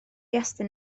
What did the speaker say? estyn